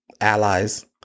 allies